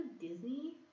Disney